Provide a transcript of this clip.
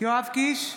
יואב קיש,